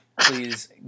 Please